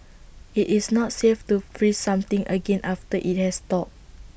IT is not safe to freeze something again after IT has thawed